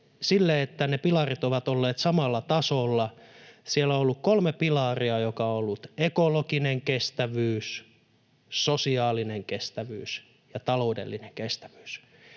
sille, että ne pilarit ovat olleet samalla tasolla. Siellä on ollut kolme pilaria, jotka ovat olleet ekologinen kestävyys, sosiaalinen kestävyys ja taloudellinen kestävyys.